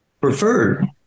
preferred